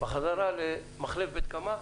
בחזרה למחלף בית קמה,